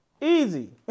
Easy